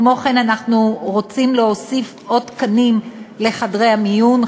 כמו כן אנחנו רוצים להוסיף עוד תקנים לחדרי המיון,